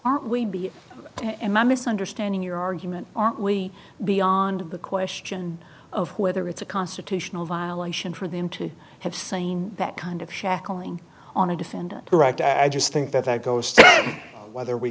aren't we and my misunderstanding your argument aren't we beyond the question of whether it's a constitutional violation for them to have seen that kind of shackling on a defendant right i just think that that goes to whether we